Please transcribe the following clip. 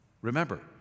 Remember